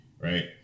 right